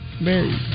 married